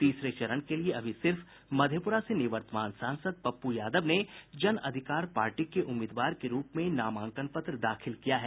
तीसरे चरण के लिए अभी सिर्फ मधेपुरा से निवर्तमान सांसद पप्पू यादव ने जन अधिकार पार्टी के उम्मीदवार के रूप में नामांकन पत्र दाखिल किया है